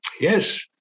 Yes